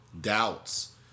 doubts